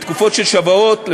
תקופות של שבועות,